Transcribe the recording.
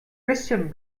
bisschen